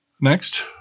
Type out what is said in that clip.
Next